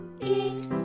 eat